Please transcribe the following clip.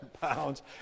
pounds